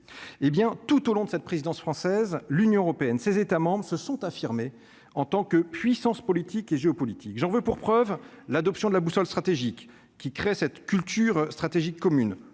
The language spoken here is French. hé bien tout au long de cette présidence française, l'Union européenne, ses États se sont affirmés en tant que puissance politique et géopolitique, j'en veux pour preuve l'adoption de la boussole stratégique qui crée cette culture stratégique commune